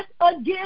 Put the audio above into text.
again